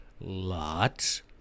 lots